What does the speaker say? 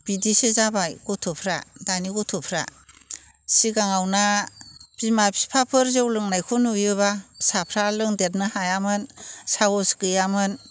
बिदिसो जाबाय गथ'फ्रा दानि गथ'फ्रा सिगाङाव बिमा बिफाफोर जौ लोंनायखौ नुयोब्ला फिसाफ्रा लोंदेरनो हायामोन साहस गैयामोन